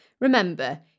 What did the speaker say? Remember